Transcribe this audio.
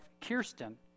Kirsten